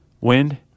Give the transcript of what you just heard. wind